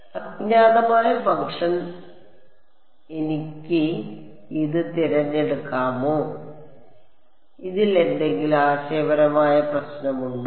അജ്ഞാതമായ ഫംഗ്ഷൻ അതിനാൽ എനിക്ക് ഇത് തിരഞ്ഞെടുക്കാമോ ഇതിൽ എന്തെങ്കിലും ആശയപരമായ പ്രശ്നമുണ്ടോ